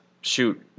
shoot